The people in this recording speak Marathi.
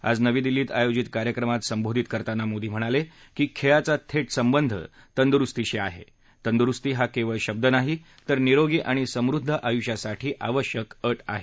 आज नवी दिल्लीत आयोजित कार्यक्रमात संबोधित करताना मोदी म्हणाले की खेळाचा थेट संबंध तंदुरुस्तीशी असून तंदुरुस्ती हा केवळ शब्द नाही तर निरोगी आणि समृद्ध आयुष्यासाठी आवश्यक अट आहे